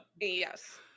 Yes